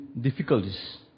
difficulties